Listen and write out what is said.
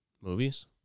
movies